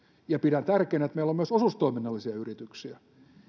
ja pidän tärkeänä että meillä on myös osuustoiminnallisia yrityksiä